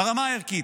ברמה הערכית,